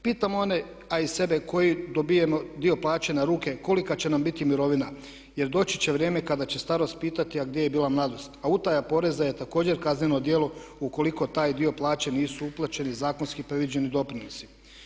Pitam one a i sebe koji dobivamo dio plaće na ruke, kolika će nam biti mirovina jer doći će vrijeme kada će starost pitati a gdje je bila mladost a utaja poreza je također kazneno djelo ukoliko taj dio plaće nisu uplaćeni zakonski predviđeni doprinosi.